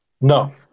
No